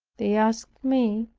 they asked me,